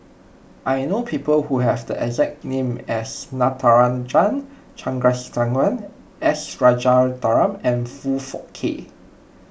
I know people who have the exact name as Natarajan Chandrasekaran S Rajaratnam and Foong Fook Kay